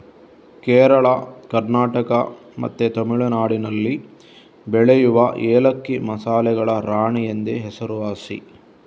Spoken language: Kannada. ಕೇರಳ, ಕರ್ನಾಟಕ ಮತ್ತೆ ತಮಿಳುನಾಡಿನಲ್ಲಿ ಬೆಳೆಯುವ ಏಲಕ್ಕಿ ಮಸಾಲೆಗಳ ರಾಣಿ ಎಂದೇ ಹೆಸರುವಾಸಿ